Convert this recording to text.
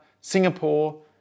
Singapore